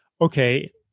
okay